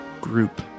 group